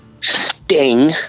Sting